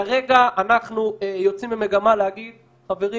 כרגע אנחנו יוצאים במגמה להגיד חברים,